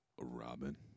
Robin